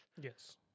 Yes